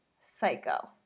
Psycho